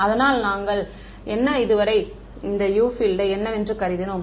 அதனால் என்ன நாங்கள் இதுவரை இந்த U பீல்ட் யை என்னவென்று கருதுகிறோம்